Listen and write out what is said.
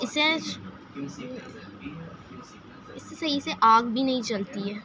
اسے اچّھا اس سے صحیح سے آگ بھی نہیں جلتی ہے